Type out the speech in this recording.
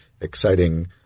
exciting